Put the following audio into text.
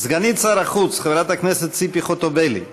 סגנית שר החוץ, חברת הכנסת ציפי חוטובלי,